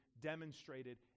demonstrated